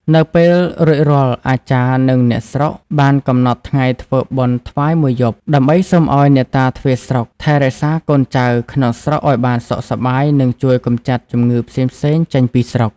នៅពេលរួចរាល់អាចារ្យនិងអ្នកស្រុកបានកំណត់ថ្ងៃធ្វើបុណ្យថ្វាយមួយយប់ ដើម្បីសូមឲ្យអ្នកតាទ្វារស្រុកថែរក្សាកូនចៅក្នុងស្រុកឲ្យបានសុខសប្បាយ និងជួយកម្ចាត់ជំងឺផ្សេងៗចេញពីស្រុក ។